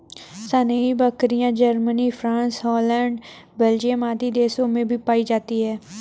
सानेंइ बकरियाँ, Germany, France, Holland, Belgium आदि देशों में भी पायी जाती है